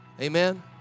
Amen